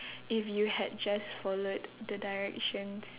if you had just followed the directions